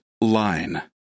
line